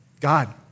God